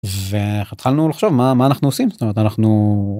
והתחלנו לחשוב מה, מה אנחנו עושים. זאת אומרת, אנחנו...